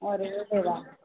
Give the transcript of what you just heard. अरे देवा